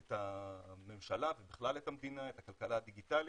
את הממשלה ובכלל את המדינה, את הכלכלה הדיגיטלית,